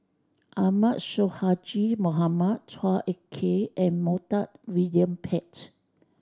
Ahmad Sonhadji Mohamad Chua Ek Kay and Montague William Pett